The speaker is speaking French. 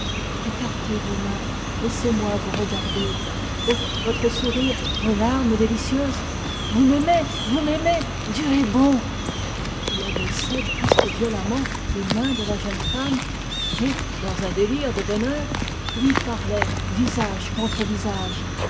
écartez vos mains laissez-moi vous regarder oh votre sourire vos larmes délicieuses vous m'aimez vous m'aimez dieu est bon il abaissait presque violemment les mains de la jeune femme et dans un délire de bonheur il lui parlait visage contre visage